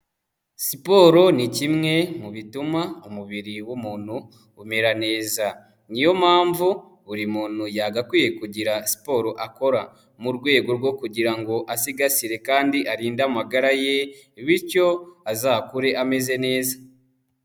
Siporo ni kimwe mu bituma umubiri w'umuntu umera neza, niyo mpamvu buri muntu yagakwiye kugira siporo akora mu rwego rwo kugira ngo asigasire kandi arinde amagara ye, bityo azakure ameze neza.